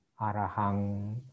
Arahang